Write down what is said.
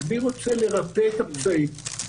אני רוצה לרפא את הפצעים,